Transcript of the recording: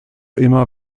immer